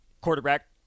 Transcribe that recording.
Quarterback